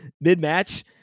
mid-match